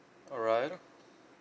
alright